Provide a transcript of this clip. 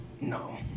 No